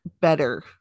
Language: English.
better